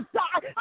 die